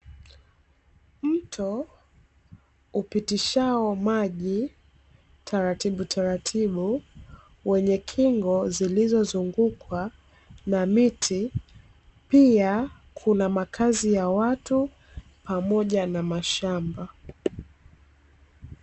Mto upitishao maji taratibu taratibu wenye kingo, zilizo zungukwa na miti pia kuna makazi ya watu pamoja na mashamba.